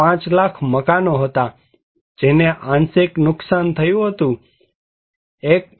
5 લાખ મકાનો હતા કે જેને આંશિક નુકસાન થયું હતું1